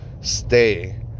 stay